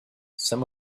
some